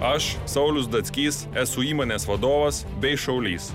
aš saulius datskys esu įmonės vadovas bei šaulys